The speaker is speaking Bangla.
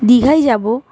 দীঘায় যাব